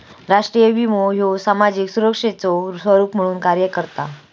राष्ट्रीय विमो ह्यो सामाजिक सुरक्षेचो स्वरूप म्हणून कार्य करता